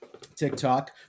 TikTok